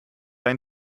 ein